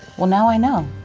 well, now i know.